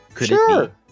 Sure